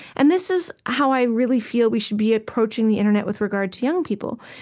and this is how i really feel we should be approaching the internet with regard to young people.